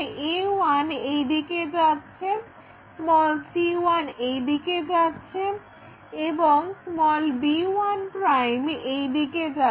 a1 এইদিকে যাচ্ছে c1 এইদিকে যাচ্ছে এবং b1 এইদিকে যাচ্ছে